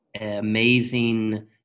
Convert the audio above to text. amazing